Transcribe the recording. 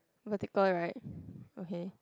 vertical right okay